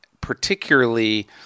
particularly